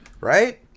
Right